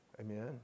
amen